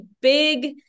big